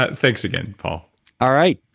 but thanks again paul alright,